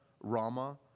Rama